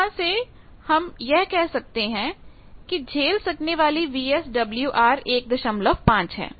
यहां से हम यह कह सकते हैं कि झेल सकने वाली VSWR 15 है